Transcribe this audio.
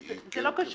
היא כן?